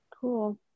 Cool